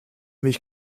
mich